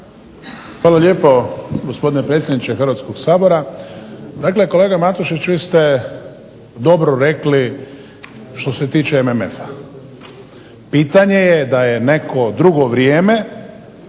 Hvala lijepo gospodine predsjedniče Hrvatskog sabora. Dakle, kolega Matušić vi ste dobro rekli što se tiče MMF-a, pitanje je da je neko drugo vrijeme,